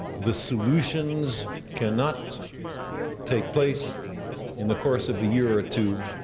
the solutions cannot take place in the course of the year or two.